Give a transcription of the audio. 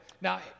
Now